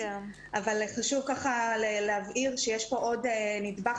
אבל חשוב ככה להבהיר שיש פה עוד נדבך